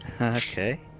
Okay